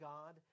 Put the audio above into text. God